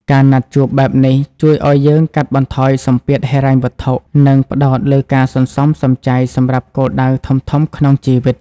ការណាត់ជួបបែបនេះជួយឱ្យយើងកាត់បន្ថយសម្ពាធហិរញ្ញវត្ថុ និងផ្ដោតលើការសន្សំសំចៃសម្រាប់គោលដៅធំៗក្នុងជីវិត។